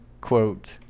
quote